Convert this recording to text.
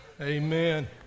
Amen